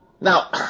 Now